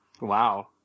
Wow